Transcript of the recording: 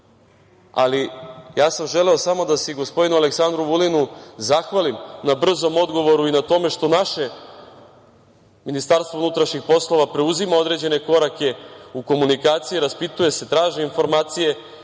degradiraju. Želeo sam da se gospodinu Aleksandru Vulinu zahvalim na brzom odgovoru i na tome što naše Ministarstvo unutrašnjih poslova preuzima određene korake u komunikaciji, raspituje, traži informacije,